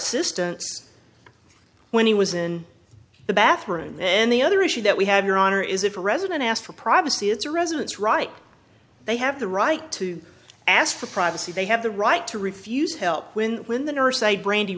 assistance when he was in the bathroom and the other issue that we have your honor is if a resident asked for privacy it's residents right they have the right to ask for privacy they have the right to refuse help when when the nurse say brand